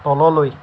তললৈ